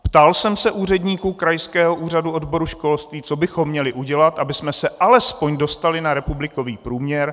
Ptal jsem se úředníků krajského úřadu, odboru školství, co bychom měli udělat, abychom se alespoň dostali na republikový průměr.